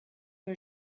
for